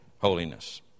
holiness